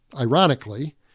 ironically